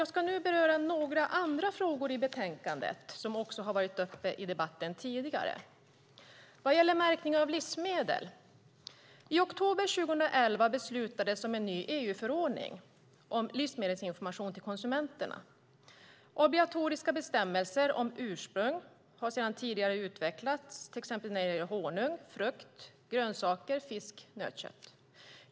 Jag ska nu beröra några andra frågor i betänkandet som också har varit uppe i debatten tidigare. Det gäller märkningen av livsmedel. I oktober 2011 beslutades om en ny EU-förordning om livsmedelsinformation till konsumenterna. Obligatoriska bestämmelser om ursprung har sedan tidigare utvecklats till exempel när det gäller honung, frukt och grönsaker, fisk och nötkött.